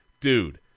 dude